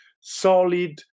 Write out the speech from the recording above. solid